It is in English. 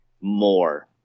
more